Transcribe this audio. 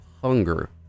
hunger